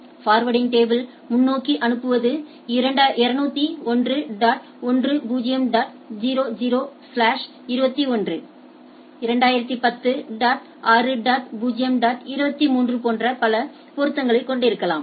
forwarding table முன்னோக்கி அனுப்புவது 201 dot 10 dot 00 slash 21 2010 dot 6 dot 0 dot 23 போன்ற பல பொருத்தங்களை கொண்டிருக்கலாம்